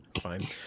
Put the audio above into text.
fine